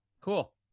cool